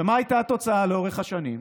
ומה הייתה התוצאה לאורך השנים?